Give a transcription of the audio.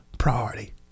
priority